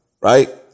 Right